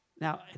Now